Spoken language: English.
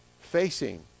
facing